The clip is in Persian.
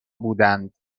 بودند